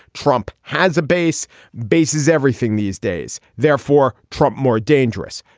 trump has a base bases everything these days. therefore trump more dangerous.